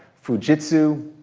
fujitsu,